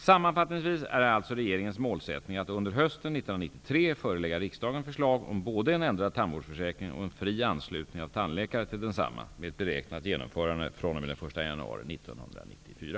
Sammanfattningsvis är alltså regeringens målsättning att under hösten 1993 förelägga riksdagen förslag om både en ändrad tandvårdsförsäkring och en fri anslutning av tandläkare till densamma med ett beräknat genomförande fr.o.m. den 1 januari 1994.